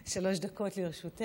בבקשה, שלוש דקות לרשותך.